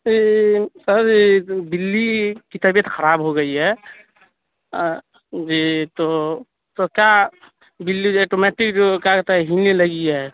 سر بلی کی طبیعت خراب ہو گئی ہے جی تو سر کیا بلی آٹومیٹک جو کیا کہ ہے ہیلنے لگی ہے